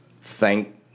thank